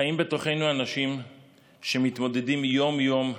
חיים בתוכנו אנשים שמתמודדים יום-יום,